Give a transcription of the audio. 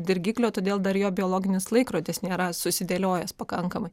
dirgikliųo todėl dar jo biologinis laikrodis nėra susidėliojęs pakankamai